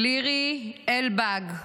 לירי אלבג,